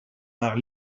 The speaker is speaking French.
par